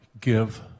give